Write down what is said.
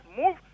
move